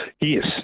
yes